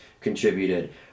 contributed